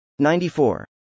94